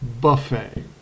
buffet